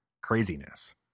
Craziness